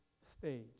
stage